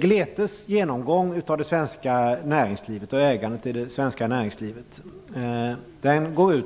Gletes genomgång av det svenska näringslivet och ägandet i det svenska näringslivet går